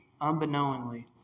unbeknowingly